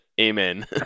Amen